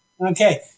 Okay